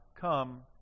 come